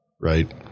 right